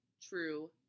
true